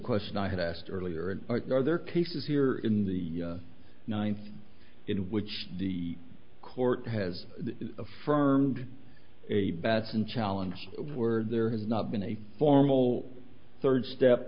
question i had asked earlier and there are cases here in the ninth in which the court has affirmed a batson challenge word there has not been a formal third step